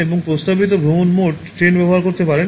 এবং প্রস্তাবিত ভ্রমণ মোড ট্রেন ব্যবহার করতে পারেন